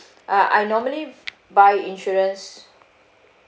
uh I normally buy insurance